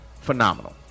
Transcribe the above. phenomenal